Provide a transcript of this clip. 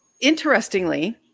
interestingly